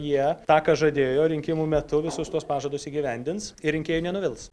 jie tą ką žadėjo rinkimų metu visus tuos pažadus įgyvendins ir rinkėjų nenuvils